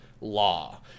law